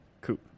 coupe